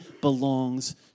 belongs